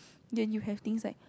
then you have things like